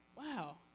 wow